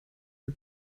you